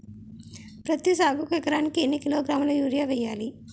పత్తి సాగుకు ఎకరానికి ఎన్నికిలోగ్రాములా యూరియా వెయ్యాలి?